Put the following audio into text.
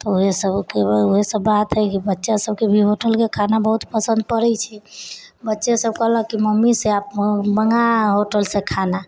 ओहे सबकेँ ओहे सब बात हइ बच्चा सबकेँ भी होटल के खाना बहुत पसन्द पड़ै छै बच्चे सब कहलक से मम्मी से आप मँगा होटल से खाना